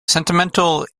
sentimental